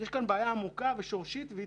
כך שיש כאן בעיה עמוקה ושורשית והיא